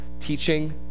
teaching